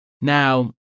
Now